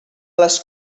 les